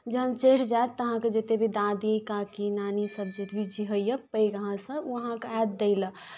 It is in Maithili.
जखन चढ़ि जायत तऽ अहाँके जतेक भी दादी काकी नानीसभ जे भी होइए पैघ अहाँसँ ओ अहाँकेँ आयत दैले